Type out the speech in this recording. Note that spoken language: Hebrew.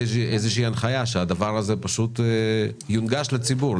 איזושהי הנחיה שהדבר הזה פשוט יונגש לציבור,